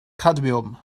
cadmiwm